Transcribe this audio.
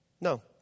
No